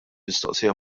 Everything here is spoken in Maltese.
mistoqsija